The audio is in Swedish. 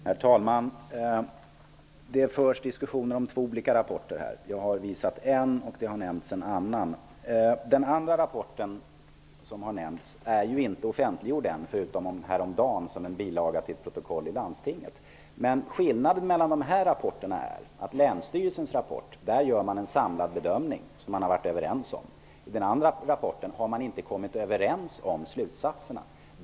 Herr talman! Det förs här en diskussion om två olika rapporter. Jag har visat en rapport, och den andra rapporten som har nämnts är ännu inte offentliggjord, förutom som bilaga till ett protokoll i landstinget häromdagen. Skillnaden mellan rapporterna är att det i länsstyrelsens rapport görs en samlad bedömning, som man har varit överens om, medan man i den andra rapporten inte har kommit överens om slutsatserna.